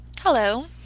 Hello